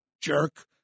jerk